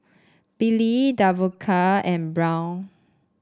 Billy Davonta and Brown